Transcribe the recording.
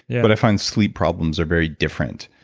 but i find sleep problems are very different.